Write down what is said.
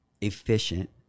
efficient